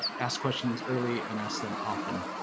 ask questions early and ask them often.